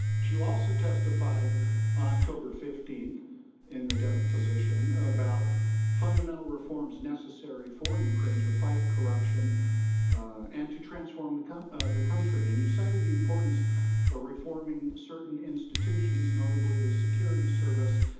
you also testified on october fifteen in the deposition about fundamental reforms necessary for ukraine to fight corruption and to transform the kind of the country. and you cited the importance of reforming certain institutions notably, the security service,